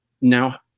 now